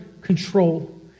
control